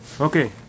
okay